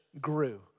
grew